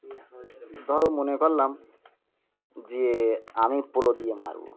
ধরো মনে করলাম যে আমি পোলো দিয়ে মারবো